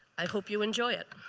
i hope you enjoy it.